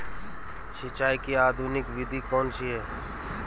सिंचाई की आधुनिक विधि कौनसी हैं?